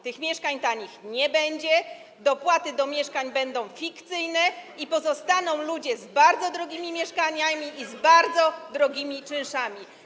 Tych mieszkań tanich nie będzie, dopłaty do mieszkań będą fikcyjne i pozostaną ludzie z bardzo drogimi mieszkaniami i z bardzo drogimi czynszami.